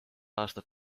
aastat